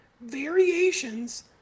variations